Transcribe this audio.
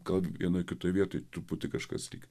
gal vienoj kitoj vietoj truputį kažkas lyg